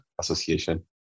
association